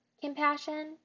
compassion